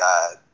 God